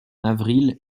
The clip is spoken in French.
avril